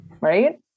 Right